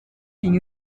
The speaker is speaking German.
ging